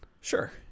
Sure